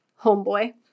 homeboy